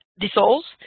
dissolves